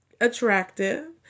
attractive